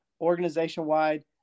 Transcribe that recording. organization-wide